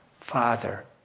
Father